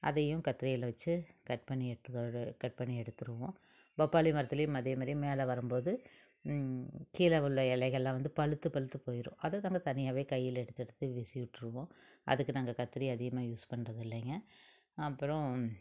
அதையும் கத்திரியில் வச்சு கட் பண்ணி எடு கட் பண்ணி எடுத்துடுவோம் பப்பாளி மரத்துலேயும் அதே மாதிரியே மேலே வரும் போது கீழே உள்ள இலைகளெலாம் வந்து பழுத்து பழுத்து போயிடும் அதைதாங்க தனியாகவே கையில் எடுத்து எடுத்து வீசி விட்டுருவோம் அதுக்கு நாங்கள் கத்திரி அதிகமாக யூஸ் பண்ணுறது இல்லைங்க அப்புறம்